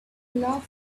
love